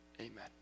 Amen